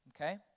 Okay